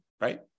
Right